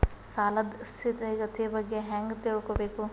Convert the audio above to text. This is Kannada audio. ಸಾಲದ್ ಸ್ಥಿತಿಗತಿ ಬಗ್ಗೆ ಹೆಂಗ್ ತಿಳ್ಕೊಬೇಕು?